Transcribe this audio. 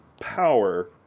power